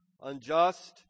unjust